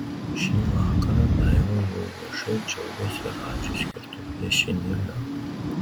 šį vakarą daiva jau viešai džiaugiasi radžiui skirtu piešinėliu